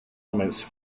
elements